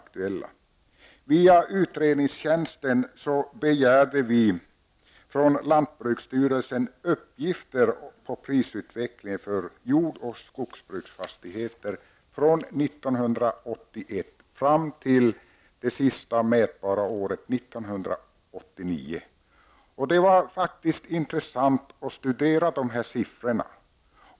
Vi begärde via utredningstjänsten uppgifter från landbruksstyrelsen på prisutvecklingen för jordoch skogsbruksfastigheter från år 1981 fram till det sista mätbara året, 1989. Det var faktiskt intressant att studera dessa siffror.